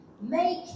make